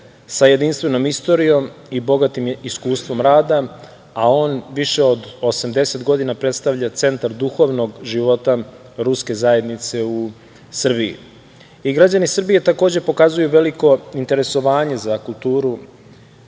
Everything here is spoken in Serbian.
sa jedinstvenom istorijom i bogatim iskustvom rada, a on više od 80 godina predstavlja centar duhovnog života ruske zajednice u Srbije. Građani Srbije takođe pokazuju veliko interesovanje za kulturu,